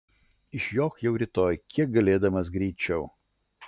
išjok jau rytoj kiek galėdamas greičiau